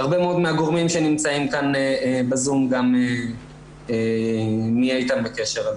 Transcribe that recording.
הרבה עוד מן הגורמים שנמצאים כאן בזום גם נהיה איתם בקשר.